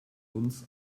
uns